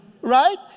Right